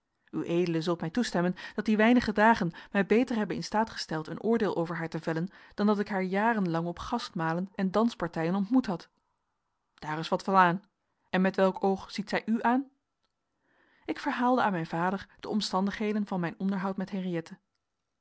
ued zult mij toestemmen dat die weinige dagen mij beter hebben in staat gesteld een oordeel over haar te vellen dan dat ik haar jaren lang op gastmalen en danspartijen ontmoet had daar is wat van aan en met welk oog ziet zij u aan ik verhaalde aan mijn vader de omstandigheden van mijn onderhoud met henriëtte